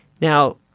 now